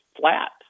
flat